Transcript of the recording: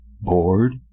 bored